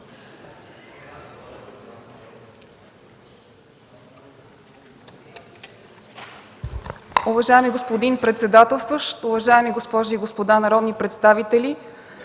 Уважаеми господин председател, уважаеми госпожи и господа народни представители,